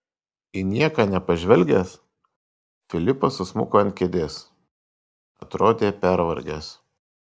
į nieką nepažvelgęs filipas susmuko ant kėdės atrodė pervargęs